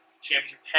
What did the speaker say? championship